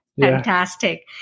fantastic